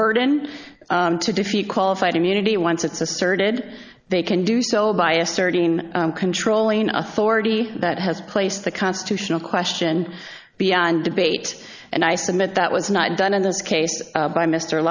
burden to defeat qualified immunity once it's asserted they can do so by asserting controlling authority that has placed the constitutional question beyond debate and i submit that was not done in this case by mr